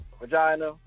vagina